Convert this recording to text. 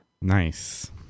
Nice